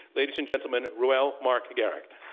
ladies and gentlemen, reuel marc gerecht.